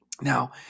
Now